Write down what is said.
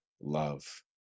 love